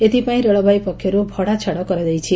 ଏଥିପାଇଁ ରେଳବାଇ ପକ୍ଷରୁ ଭଡ଼ା ଛାଡ଼ କରାଯାଇଛି